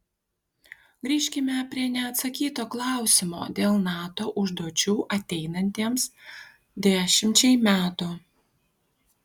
grįžkime prie neatsakyto klausimo dėl nato užduočių ateinantiems dešimčiai metų